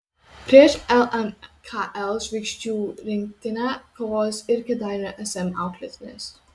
prieš lmkl žvaigždžių rinktinę kovos ir kėdainių sm auklėtinės